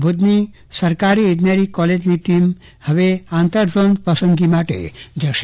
ભુજની સરકારી ઈજનેરી કોલેજની ટીમ આંતરઝોન પસંદગી માટે જશે